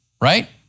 right